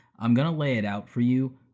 i'm gonna lay it out for you.